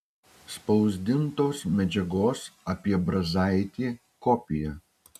spausdintos medžiagos apie brazaitį kopija